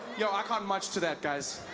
yo, i can't march to that guys